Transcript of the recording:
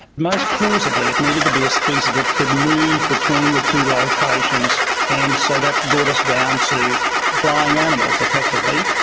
most plausibly it needed to be a species that could move between the two locations and so that brought us down to flying animals effectively,